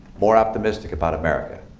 more optimistic about america,